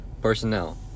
personnel